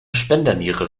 spenderniere